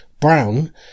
Brown